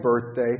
birthday